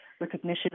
recognition